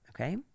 Okay